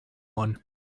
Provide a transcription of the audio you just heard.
one